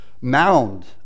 mound